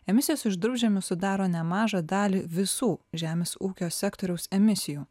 emisijos iš durpžemių sudaro nemažą dalį visų žemės ūkio sektoriaus emisijų